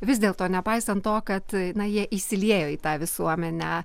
vis dėlto nepaisant to kad na jie įsiliejo į tą visuomenę